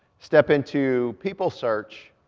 step into people search.